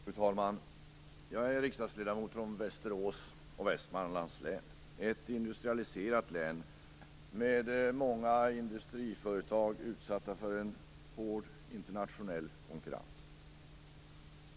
Fru talman! Jag är riksdagsledamot från Västerås, Västmanlands län - ett industrialiserat län med många industriföretag som är utsatta för hård internationell konkurrens.